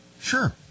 Sure